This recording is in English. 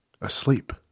Asleep